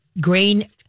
grain